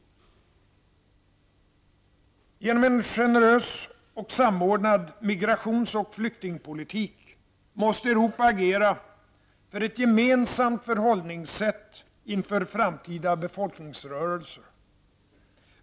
Genom en generös och samordnad migrations och flyktingpolitik måste Europa agera för ett gemensamt förhållningssätt inför framtida befolkningsrörelser.